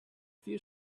few